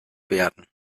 werden